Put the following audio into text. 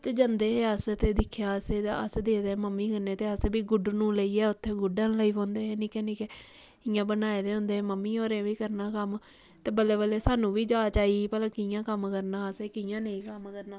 ते जंदे हे अस ते दिक्खेआ असें ते मम्मी कन्नै ते अस बी गुडनू लेइयै उत्थै गुडन लगी पौंदे हे ते निक्के निक्के कियां बनाए दे होंदे मम्मी होरें बी करना कम्म ते बल्लें बल्लें साह्नू बी जाच आई भलां कियां कम्म करना असें कियां नेई कम्म करना